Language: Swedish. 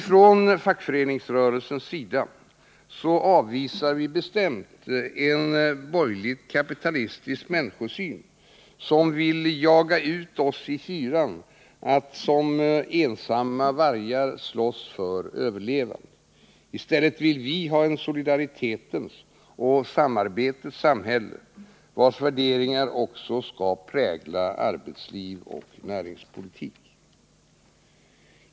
Från fackföreningsrörelsens sida avvisar vi bestämt en borgerligt-kapitalistisk människosyn, som vill jaga ut oss i kylan att likt ensamma vargar slåss för överlevandet. I stället vill vi ha ett solidaritetens och samarbetets samhälle, vars värderingar också skall prägla arbetsliv och näringspolitik.